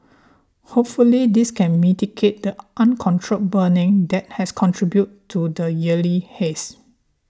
hopefully this can mitigate the uncontrolled burning that has contributed to the yearly haze